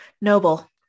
Noble